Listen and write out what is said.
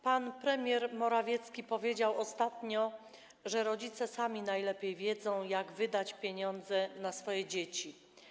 Pan premier Morawiecki powiedział ostatnio, że rodzice sami najlepiej wiedzą, jak wydać pieniądze na swoje dzieci.